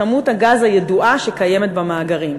כמות הגז הידועה שקיימת במאגרים.